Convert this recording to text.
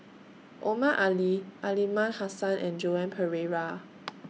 Omar Ali Aliman Hassan and Joan Pereira